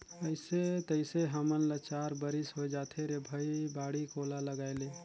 अइसे तइसे हमन ल चार बरिस होए जाथे रे भई बाड़ी कोला लगायेले